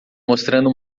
mostrando